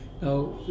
now